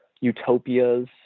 utopias